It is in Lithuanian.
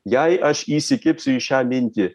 jei aš įsikibsiu į šią mintį